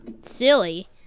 silly